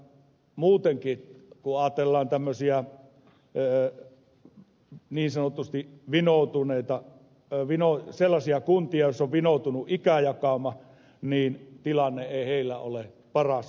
muutenkin kun ajatellaan sellaisia kuntia joissa on vinoutunut ikäjakauma tilanne ei ole paras mahdollinen